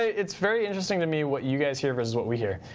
it's very interesting to me what you guys hear versus what we hear.